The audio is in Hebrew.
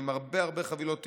עם הרבה הרבה חבילות טישו,